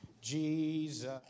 Jesus